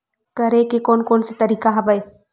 करे के कोन कोन से तरीका हवय?